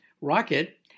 rocket